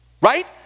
Right